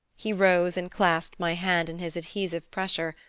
he rose and clasped my hand in his adhesive pressure.